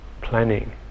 planning